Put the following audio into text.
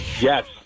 Yes